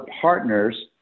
partners